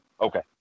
Okay